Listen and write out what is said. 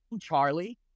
Charlie